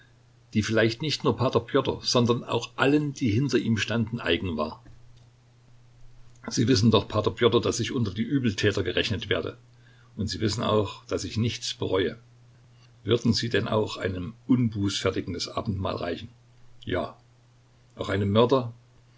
die vielleicht nicht nur p pjotr sondern auch allen die hinter ihm standen eigen war sie wissen doch p pjotr daß ich unter die übeltäter gerechnet werde und sie wissen auch daß ich nichts bereue würden sie denn auch einem unbußfertigen das abendmahl reichen ja auch einem mörder